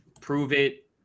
prove-it